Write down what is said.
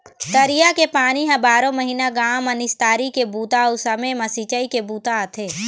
तरिया के पानी ह बारो महिना गाँव म निस्तारी के बूता अउ समे म सिंचई के बूता आथे